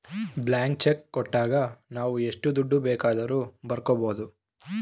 blank cheque ಕೊಟ್ಟಾಗ ನಾವು ಎಷ್ಟು ದುಡ್ಡು ಬೇಕಾದರೂ ಬರ್ಕೊ ಬೋದು